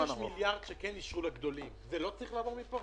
אותם שישה מיליארד שאישרו לגדולים - זה לא צריך לעבור מפה?